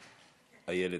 איילת.